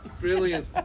Brilliant